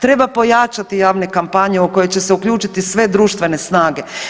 Treba pojačati javne kampanje u koje će se uključiti sve društvene snage.